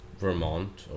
Vermont